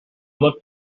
looked